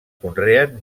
conreen